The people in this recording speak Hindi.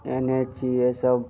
एन एच यह सब